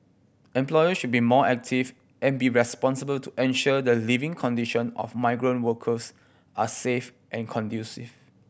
employers should be more active and be responsible to ensure the living condition of migrant workers are safe and conducive